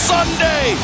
Sunday